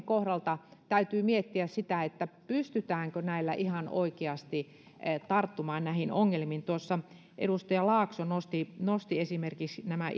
kohdalta täytyy miettiä sitä pystytäänkö näillä ihan oikeasti tarttumaan näihin ongelmiin tuossa edustaja laakso nosti esimerkiksi nämä